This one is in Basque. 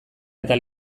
eta